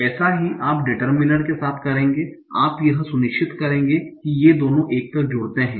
ऐसा ही आप डिटरमिनर के साथ करेंगे आप यह सुनिश्चित करेंगे कि ये दोनों 1 तक जुड़ते हैं